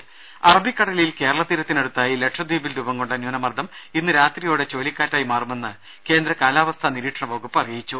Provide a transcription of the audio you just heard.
രദര അറബിക്കടലിൽ കേരള തീരത്തിനടുത്തായി ലക്ഷദ്വീപിൽ രൂപം കൊണ്ട ന്യൂനമർദ്ദം ഇന്ന് രാത്രിയോടെ ചുഴലിക്കാറ്റായി മാറുമെന്ന് കേന്ദ്ര കാലാവസ്ഥാ നിരീക്ഷണ വകുപ്പ് അറിയിച്ചു